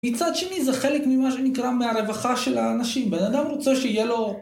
מצד שני זה חלק ממה שנקרא מהרווחה של האנשים, בן אדם רוצה שיהיה לו